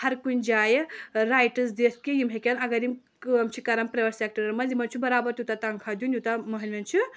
ہر کُنہِ جایہِ رایٹس دِتھ کہِ یِم ہٮ۪کن اگر یِم کٲم چھِ کران پریویٹ سیٚکٹرن منٛز یِمن چھُ برابر توٗتاہ تَنخاہ دیُن یوٗتاہ مٔہنویٚن چھِ